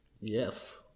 Yes